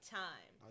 time